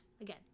again